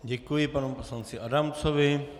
Děkuji panu poslanci Adamcovi.